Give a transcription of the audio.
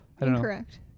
Incorrect